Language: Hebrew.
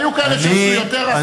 היו כאלה שעשו יותר וכאלה שעשו פחות.